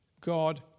God